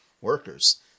workers